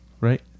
right